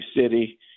city